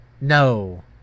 No